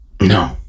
No